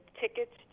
tickets